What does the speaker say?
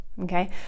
okay